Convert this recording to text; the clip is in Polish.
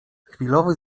chwilowy